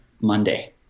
monday